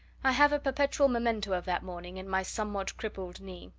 i have a perpetual memento of that morning in my somewhat crippled knee.